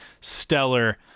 stellar